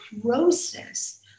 process